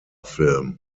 film